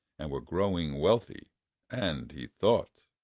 and were growing wealthy and he thought